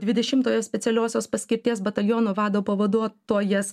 dvidešimtojo specialiosios paskirties bataliono vado pavaduotojas